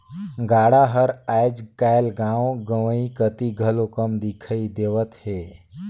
गाड़ा हर आएज काएल गाँव गंवई कती घलो कम दिखई देवत हे